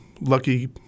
Lucky